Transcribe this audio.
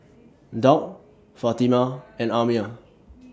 Daud Fatimah and Ammir